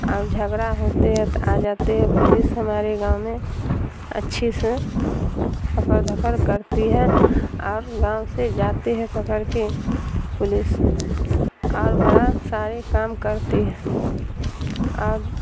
اور جھگڑا ہوتے ہے تو آ جاتے ہے پولیس ہمارے گاؤں میں اچھی سے پکڑ دھکڑ کرتی ہے اور گاؤں سے جاتے ہے پکڑ کے پولیس اور بڑا ساری کام کرتی ہے اور